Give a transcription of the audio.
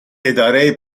اداره